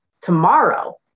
Tomorrow